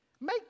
make